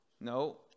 no